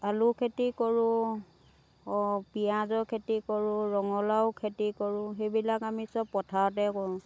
আলু খেতি কৰোঁ অ পিয়াঁজৰ খেতি কৰোঁ ৰঙালাও খেতি কৰোঁ সেইবিলাক আমি সব পথাৰতে কৰোঁ